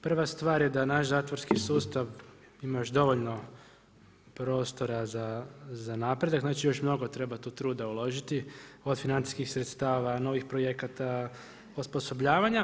Prva stvar je da naš zatvorski sustav, ima još dovoljno prostora za napredak, znači, još mnogo treba tu truda uložiti od financijskih sredstava, novih projekata, osposobljavanja.